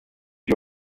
you